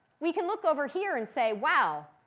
we can look over here and say, wow,